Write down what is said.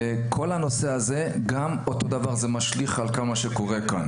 כל הנושא הזה גם משליך על כל מה שקורה כאן.